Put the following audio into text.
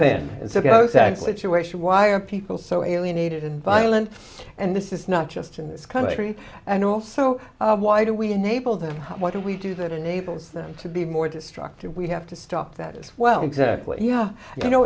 should why are people so alienated and violent and this is not just in this country and also why do we enable them what do we do that enables them to be more destructive we have to stop that as well exactly yeah you know